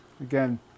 again